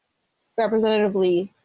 representative lee.